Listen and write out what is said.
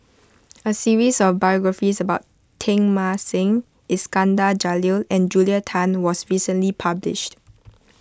a series of biographies about Teng Mah Seng Iskandar Jalil and Julia Tan was recently published